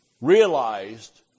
realized